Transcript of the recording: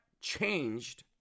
changed